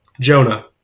Jonah